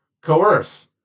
coerce